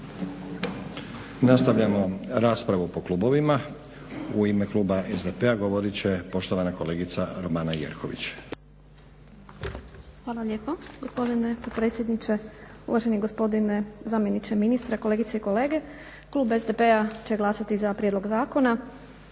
Nastavljamo raspravu po klubovima. U ime kluba SDP-a govorit će poštovana kolegica Romana Jerković. **Jerković, Romana (SDP)** Hvala lijepo gospodine potpredsjedniče, uvaženi zamjeniče ministra, kolegice i kolege. Klub SDP-a će glasati za prijedlog zakona.